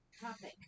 Topic